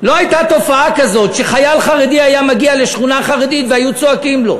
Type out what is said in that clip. לא הייתה תופעה כזו שחייל חרדי היה מגיע לשכונה חרדית והיו צועקים לו.